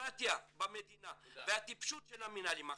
הבירוקרטיה במדינה והטיפשות של המנהלים.